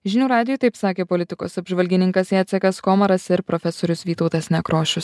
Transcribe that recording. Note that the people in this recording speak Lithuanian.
žinių radijui taip sakė politikos apžvalgininkas jacekas komaras ir profesorius vytautas nekrošius